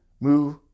move